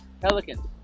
Pelicans